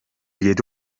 yedi